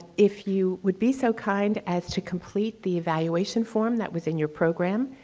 if you would be so kind as to complete the evaluation form that was in your program,